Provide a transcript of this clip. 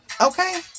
okay